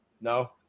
No